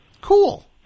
Cool